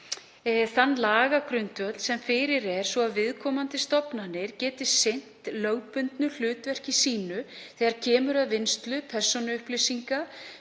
þann lagagrundvöll sem fyrir er svo viðkomandi stofnanir geti sinnt lögbundnu hlutverki sínu þegar kemur að vinnslu persónuupplýsinga,